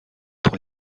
pour